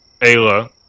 Ayla